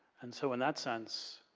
and so, in that sense